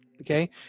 okay